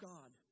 God